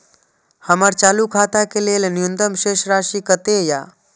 हमर चालू खाता के लेल न्यूनतम शेष राशि कतेक या?